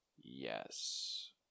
Yes